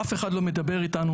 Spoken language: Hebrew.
אף אחד לא דבר איתנו.